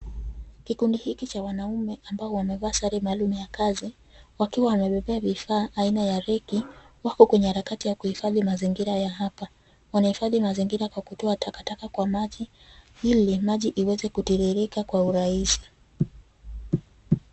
Kikundi hiki cha wanaume ambao wamevaa sare maalum ya kazi wakiwa wamebebea vifaa aina ya reki, wako kwenye harakati ya kuhifadhi mazingira ya hapa. Wanahifadhi mazingira kwa kutoa takataka kwa maji ili maji iweze kutiririka kwa urahisi.